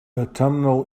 autumnal